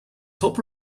top